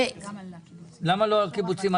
למה לא על הקיבוצים?